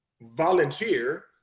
volunteer